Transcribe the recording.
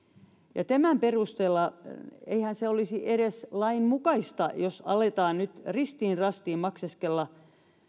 ja eihän tämän perusteella olisi edes lainmukaista alkaa nyt ristiin rastiin makseskella